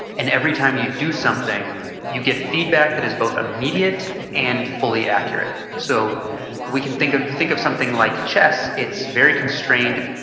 and every time you do something you get feedback that is both immediate and fully accurate. so we can think of, if you think of something like chess it's very constrained.